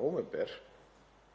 nóvember,